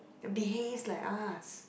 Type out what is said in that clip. behaves like us